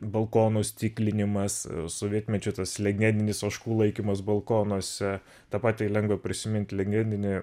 balkonų stiklinimas sovietmečiu tas legendinis ožkų laikymas balkonuose tą patį lengva prisimint legendinį